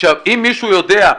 אם מישהו יודע,